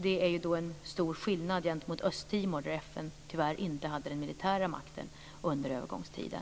Det är en stor skillnad gentemot Östtimor, där FN tyvärr inte hade den militära makten under övergångstiden.